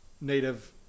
native